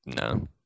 no